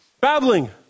babbling